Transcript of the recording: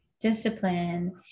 discipline